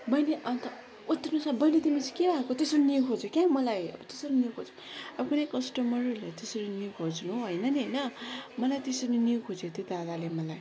बहिनी अन्त यत्रो स्वरले बहिनी तिमी चाहिँ के भएको त्यसरी निहुँ खोज्यो क्या मलाई त्यसरी निहुँ खोज्यो अब कुनै कस्टमरहरूलाई त्यसरी निहुँ खोज्नु हो होइन नि होइन मलाई त्यसरी निहुँ खोज्यो त्यो दादाले मलाई